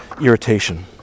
irritation